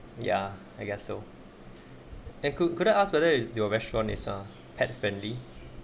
ya I guess so it could could I ask whether it's your restaurant is a pet-friendly